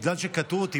בגלל שקטעו אותי,